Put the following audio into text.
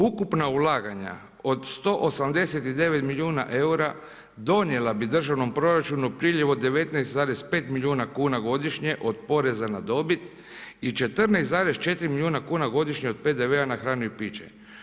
Ukupna ulaganja od 189 milijuna eura donijela bi državnom proračunu priljev od 19,5 milijuna kuna godišnje od poreza na dobit i 14,4 milijuna kuna godišnje od PDV-a na hranu i piće.